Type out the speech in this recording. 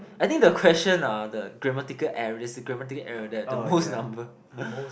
I think the question ah the grammatical errors the grammatical error there the most number